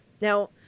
Now